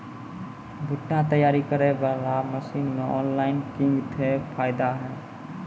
भुट्टा तैयारी करें बाला मसीन मे ऑनलाइन किंग थे फायदा हे?